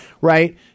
right